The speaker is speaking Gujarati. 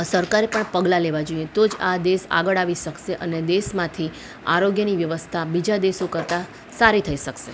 આ સરકારે પણ પગલાં લેવા જોઈએ તો જ આ દેસ આગળ આવી સકસે અને દેશમાંથી આરોગ્યની વ્યવસ્થા બીજા દેશો કરતાં સારી થઈ શકશે